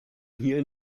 hier